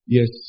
Yes